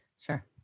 Sure